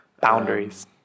Boundaries